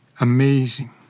Amazing